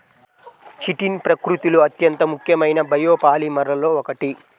chitin ప్రకృతిలో అత్యంత ముఖ్యమైన బయోపాలిమర్లలో ఒకటి